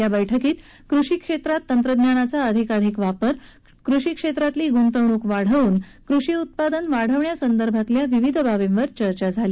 या बैठकीत कृषी क्षेत्रात तंत्रज्ञानाचा अधिकाधिक वापर तसंच कृषी क्षेत्रातली गुंतवणूक वाढवून कृषी उत्पादन वाढवण्यासंदर्भातल्या विविध बाबींची चर्चा झाली